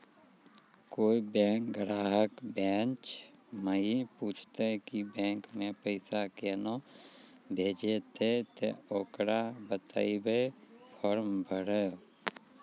कोय बैंक ग्राहक बेंच माई पुछते की बैंक मे पेसा केना भेजेते ते ओकरा बताइबै फॉर्म भरो